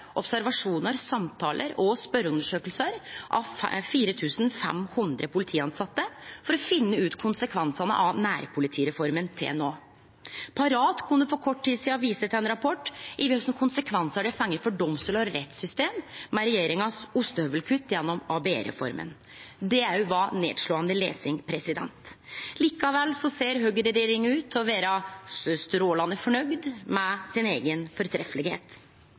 observasjonar, samtalar og spørjeundersøkingar av 4 500 polititilsette for å finne ut av konsekvensane av nærpolitireforma til no. Parat kunne for kort tid sidan vise til ein rapport om kva konsekvensar det har fått for domstolar og rettssystem med dei ostehøvelkutta regjeringa gjer gjennom ABE-reforma. Det òg var nedslåande lesing. Likevel ser høgreregjeringa ut til å vere strålande fornøgd med